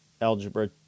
algebra